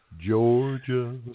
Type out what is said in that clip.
Georgia